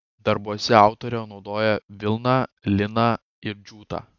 darbuose autorė naudoja vilną liną ir džiutą